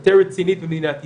יותר רצינית במדינת ישראל,